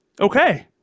Okay